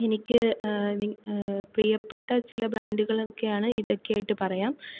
എനിക്ക് നി പ്രിയപ്പെട്ട ചില ബ്രാൻഡുകളൊക്കെയാണ് ഇതൊക്കെ ആയിട്ട് പറയാം